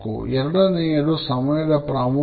ಎರಡನೆಯದು ಸಮಯದ ಪ್ರಾಮುಖ್ಯತೆ